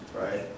right